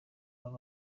abo